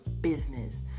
business